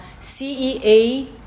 CEA